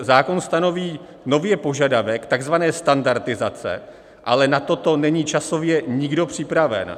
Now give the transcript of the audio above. Zákon stanoví nově požadavek tzv. standardizace, ale na toto není časově nikdo připraven.